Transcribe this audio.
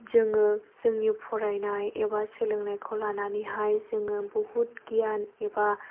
जोङो जोंनि फरायनाय एबा सोलोंनायखौ लानानैहाय जोङो बहुद गियान एबा